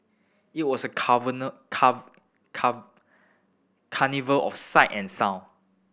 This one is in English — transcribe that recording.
it was a car vernal carnival of sight and sound